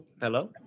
hello